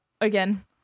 again